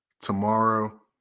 tomorrow